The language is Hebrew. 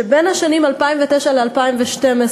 שבין השנים 2009 ו-2012,